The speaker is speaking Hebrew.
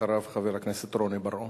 אחריו, חבר הכנסת רוני בר-און.